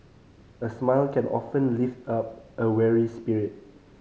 the smile can often lift up a weary spirit